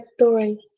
story